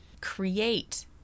create